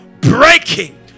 breaking